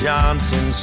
Johnson